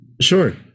Sure